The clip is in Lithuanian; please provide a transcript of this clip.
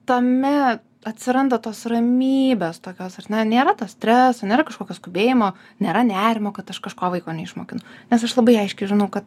tame atsiranda tos ramybės tokios ar ne nėra to streso nėra kažkokio skubėjimo nėra nerimo kad aš kažko vaiko neišmokinu nes aš labai aiškiai žinau kad